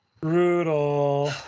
Brutal